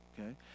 Okay